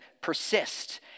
persist